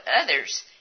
others